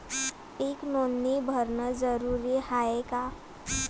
पीक नोंदनी भरनं जरूरी हाये का?